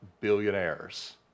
billionaires